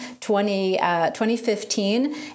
2015